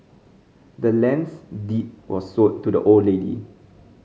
the land's deed was sold to the old lady